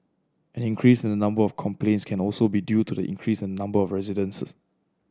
an increase in the number of complaints can also be due to the increase in number of residents